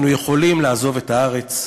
אנחנו יכולים לעזוב את הארץ?